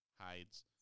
hides